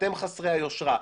אתם חסרי היושרה.